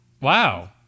Wow